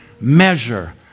measure